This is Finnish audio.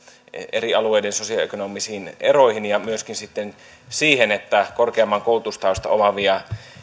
eri alueiden sosio ekonomisiin eroihin ja myöskin sitten siihen että korkeamman koulutustaustan omaavia